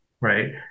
right